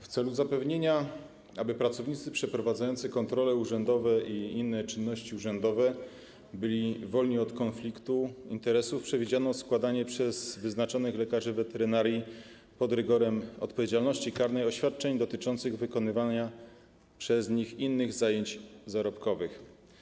W celu zapewnienia tego, aby pracownicy przeprowadzający kontrole urzędowe i inne czynności urzędowe byli wolni od konfliktu interesów, przewidziano składanie przez wyznaczonych lekarzy weterynarii pod rygorem odpowiedzialności karnej oświadczeń dotyczących wykonywania przez nich innych zajęć zarobkowych.